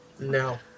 no